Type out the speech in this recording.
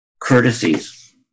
courtesies